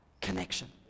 connection